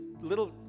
little